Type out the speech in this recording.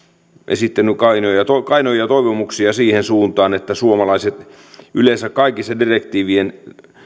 esittänyt kainoja toivomuksia siihen suuntaan että suomalaiset yleensä kaikissa direktiivien